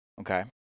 Okay